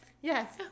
Yes